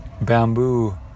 bamboo